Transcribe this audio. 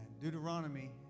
Deuteronomy